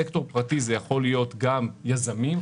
סקטור פרטי יכול להיות גם יזמים,